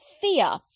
fear